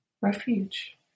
refuge